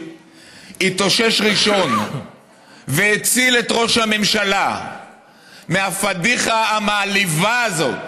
התאושש ראשון והציל את ראש הממשלה מהפדיחה המעליבה הזאת